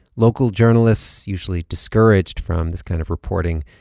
local journalists, usually discouraged from this kind of reporting,